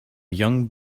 young